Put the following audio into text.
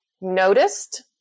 noticed